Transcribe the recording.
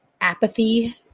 apathy